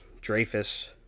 Dreyfus